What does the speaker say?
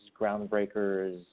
groundbreakers